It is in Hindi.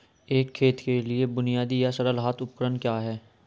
एक खेत के लिए बुनियादी या सरल हाथ उपकरण क्या हैं?